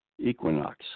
equinox